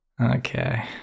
Okay